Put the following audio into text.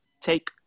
take